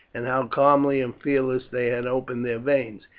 and how calmly and fearlessly they had opened their veins.